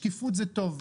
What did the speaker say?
שקיפות זה טוב,